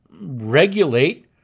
regulate